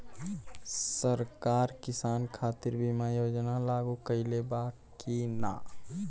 सरकार किसान खातिर बीमा योजना लागू कईले बा की ना?